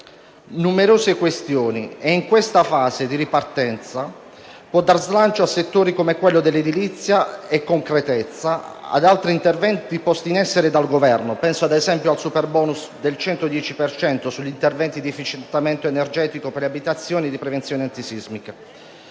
numerose questioni e in questa fase di ripartenza può dare slancio a settori quali quello dell'edilizia e concretezza ad altri interventi posti in essere dal Governo. Penso, ad esempio, al *superbonus* del 110 per cento sugli interventi di efficientamento energetico per le abitazioni e di prevenzione antisismica.